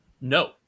No